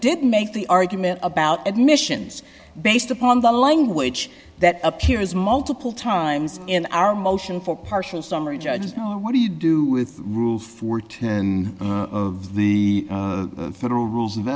didn't make the argument about admissions based upon the language that appears multiple times in our motion for partial summary judges know what do you do with rule for ten of the federal rules of